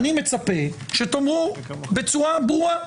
אני מצפה שתאמרו בצורה ברורה,